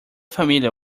familiar